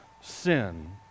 sin